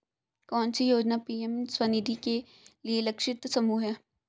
कौन सी योजना पी.एम स्वानिधि के लिए लक्षित समूह है?